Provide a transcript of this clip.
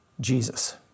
Jesus